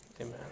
amen